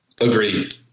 Agreed